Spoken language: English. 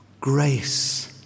grace